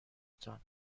تان